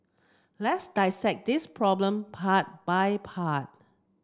let's dissect this problem part by part